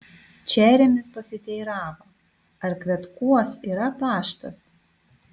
čeremis pasiteiravo ar kvetkuos yra paštas